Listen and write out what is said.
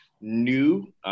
new